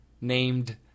named